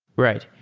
right.